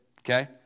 okay